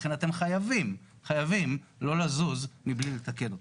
לכן אתם חייבים לא לזוז מבלי לתקן אותו.